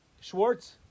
Schwartz